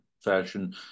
fashion